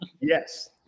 Yes